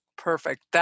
Perfect